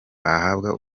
bahabwa